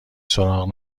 سراغ